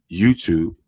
YouTube